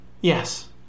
Yes